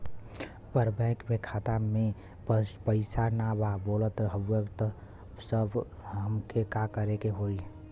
पर बैंक मे खाता मे पयीसा ना बा बोलत हउँव तब हमके का करे के होहीं?